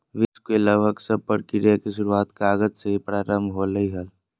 विश्व के लगभग सब प्रक्रिया के शुरूआत कागज से ही प्रारम्भ होलय हल